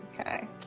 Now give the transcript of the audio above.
Okay